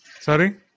Sorry